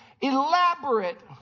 elaborate